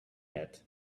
yet